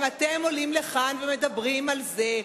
אם אתם עולים לכאן ומדברים על זה,